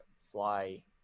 fly